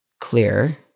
clear